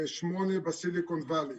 ו-8 שנים בסיליקון ואלי.